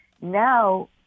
Now